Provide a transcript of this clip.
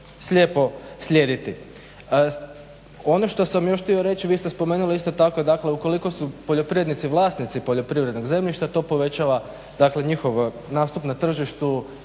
slijepo slijediti. Ono što sam još htio reći vi ste spomenuli isto tako dakle ukoliko su poljoprivrednici vlasnici poljoprivrednog zemljišta to povećava dakle njihov nastup na tržištu